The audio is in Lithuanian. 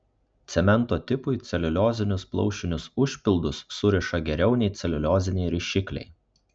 cemento tipui celiuliozinius plaušinius užpildus suriša geriau nei celiulioziniai rišikliai